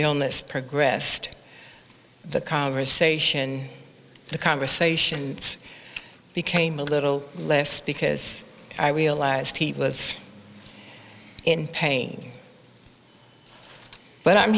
illness progressed the conversation the conversation became a little less because i realized he was in pain but i'm